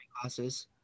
classes